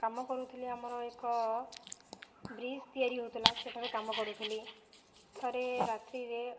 କାମ କରୁଥିଲି ଆମର ଏକ ବ୍ରିଜ୍ ତିଆରି ହେଉଥିଲା ସେଠାରେ କାମ କରୁଥିଲି ଥରେ ରାତ୍ରିରେ